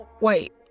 wait